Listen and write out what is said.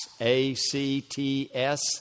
A-C-T-S